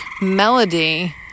melody